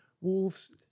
Wolves